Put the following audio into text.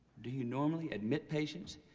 do you normally admit patients,